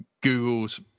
Google's